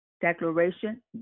declaration